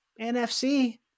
NFC